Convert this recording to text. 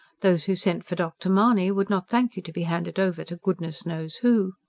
those who sent for dr. mahony would not thank you to be handed over to goodness knows who.